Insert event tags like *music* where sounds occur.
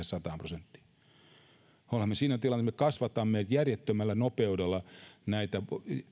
*unintelligible* sataan prosenttiin olemme siinä tilanteessa että me kasvatamme järjettömällä nopeudella näitä